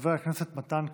חבר הכנסת מתן כהנא,